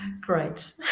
Great